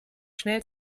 schnell